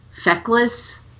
feckless